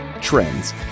trends